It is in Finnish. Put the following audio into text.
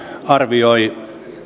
arvioi